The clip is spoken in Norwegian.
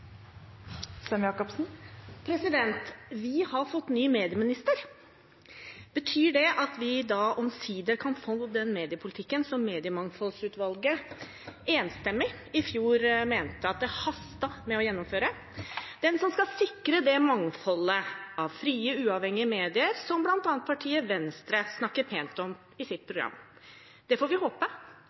Vi har fått ny medieminister. Betyr det at vi omsider kan få den mediepolitikken som mediemangfoldsutvalget enstemmig i fjor mente at det hastet å gjennomføre – den politikken som skal sikre det mangfoldet av frie, uavhengige medier, som bl.a. partiet Venstre snakker pent om i sitt program? Det får vi håpe,